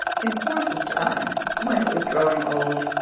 in course of time, when it was growing old,